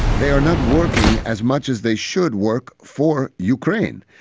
they are not working as much as they should work for ukraine.